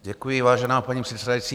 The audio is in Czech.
Děkuji, vážená paní předsedající.